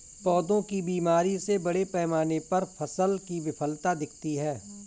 पौधों की बीमारी से बड़े पैमाने पर फसल की विफलता दिखती है